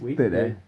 wasted